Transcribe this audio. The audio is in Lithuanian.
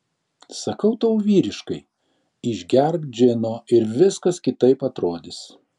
sakau tau vyriškai išgerk džino ir viskas kitaip atrodys